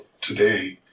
today